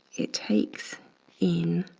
it takes in